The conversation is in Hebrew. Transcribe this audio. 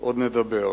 עוד נדבר.